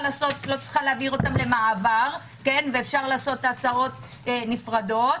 להעביר אותם למעבר ואפשר לעשות הסעות נפרדות.